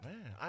Man